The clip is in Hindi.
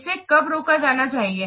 इसे कब रोका जाना चाहिए